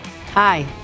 Hi